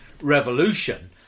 revolution